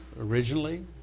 originally